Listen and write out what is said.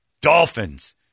Dolphins